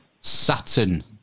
Saturn